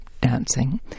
dancing